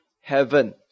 Heaven